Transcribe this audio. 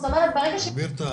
זאת אומרת ברגע ש-